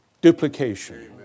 duplication